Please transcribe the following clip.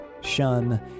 shun